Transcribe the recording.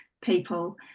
people